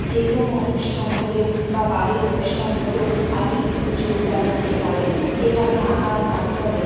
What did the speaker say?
যে কোনো অনুষ্ঠান হলেও বা বাড়ির অনুষ্ঠান হলেও আপনি কিন্তু যোগদান দিতে পারেন এভাবে আঁকার মাধ্যমে